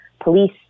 police